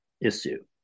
issue